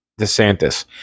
DeSantis